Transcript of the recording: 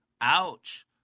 Ouch